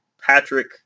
Patrick